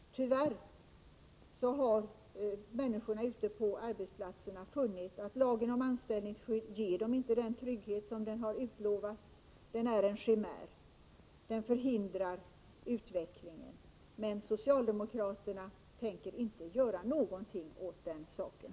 Tyvärr har människorna ute på arbetsplatserna funnit att lagen om anställningsskydd inte ger dem den trygghet som hade utlovats utan är en chimär och förhindrar utvecklingen. Men socialdemokraterna tänker inte göra någonting åt den saken.